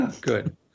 Good